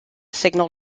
signal